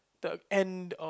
the end of